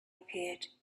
appeared